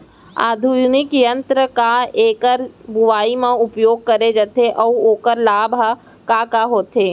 आधुनिक यंत्र का ए जेकर बुवाई म उपयोग करे जाथे अऊ ओखर लाभ ह का का होथे?